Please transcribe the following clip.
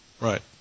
Right